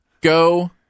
go